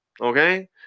Okay